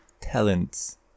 Talents